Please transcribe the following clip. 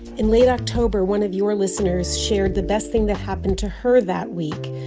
in late october, one of your listeners shared the best thing that happened to her that week,